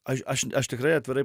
aš aš aš tikrai atvirai